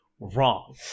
Wrong